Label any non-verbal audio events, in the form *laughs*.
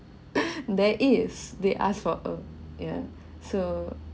*laughs* there is they asked for a yeah so